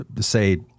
say